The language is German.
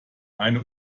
eine